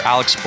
Alex